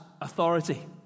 authority